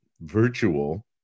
virtual